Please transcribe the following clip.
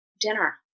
dinner